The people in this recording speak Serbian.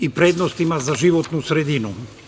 Ima prednost i za životnu sredinu.